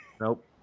Nope